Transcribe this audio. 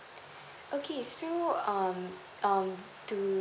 okay so um um to